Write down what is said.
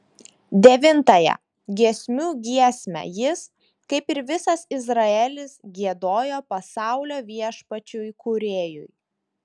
devintąją giesmių giesmę jis kaip ir visas izraelis giedojo pasaulio viešpačiui kūrėjui